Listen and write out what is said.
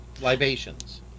libations